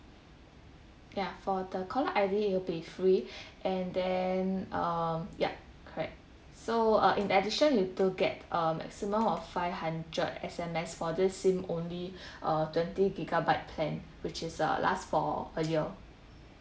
ya for the caller I_D it'll be free and then um yup correct so uh in addition you do get a maximum of five hundred S_M_S for this SIM only uh twenty gigabyte plan which is uh last for a year